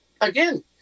again